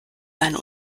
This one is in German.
sein